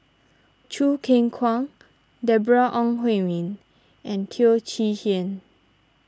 Choo Keng Kwang Deborah Ong Hui Min and Teo Chee Hean